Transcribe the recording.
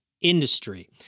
industry